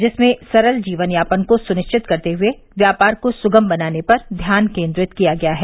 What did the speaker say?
जिसमें सरल जीवनयापन को सुनिश्चित करते हुए व्यापार को सुगम बनाने पर ध्यान केंद्रित किया गया है